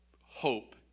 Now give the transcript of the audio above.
hope